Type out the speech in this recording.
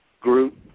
group